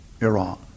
Iran